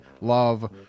love